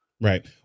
Right